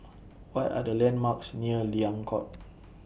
What Are The landmarks near Liang Court